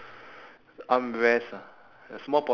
transparent material because it's like yellow and